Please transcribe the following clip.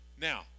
Now